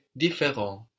différent